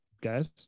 guys